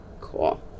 Cool